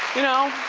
you know,